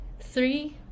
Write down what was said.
three